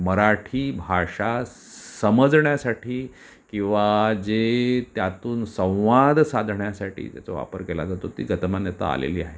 मराठी भाषा समजण्यासाठी किंवा जे त्यातून संवाद साधण्यासाठी त्याचा वापर केला जातो ती गतिमानता आलेली आहे